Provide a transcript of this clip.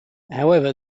however